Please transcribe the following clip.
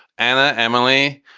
and emily,